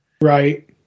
right